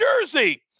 Jersey